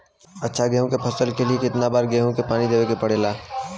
अच्छा गेहूँ क फसल के लिए कितना बार पानी देवे क जरूरत पड़ेला?